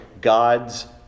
god's